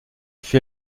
fut